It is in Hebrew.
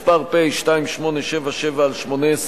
מס' פ/2877/18,